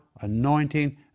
anointing